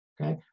okay